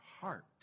heart